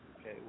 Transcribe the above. Okay